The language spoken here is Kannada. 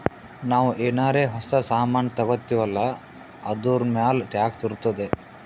ನಾವು ಏನಾರೇ ಹೊಸ ಸಾಮಾನ್ ತಗೊತ್ತಿವ್ ಅಲ್ಲಾ ಅದೂರ್ಮ್ಯಾಲ್ ಟ್ಯಾಕ್ಸ್ ಇರ್ತುದೆ